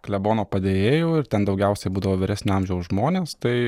klebono padėjėju ir ten daugiausiai būdavo vyresnio amžiaus žmonės tai